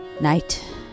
night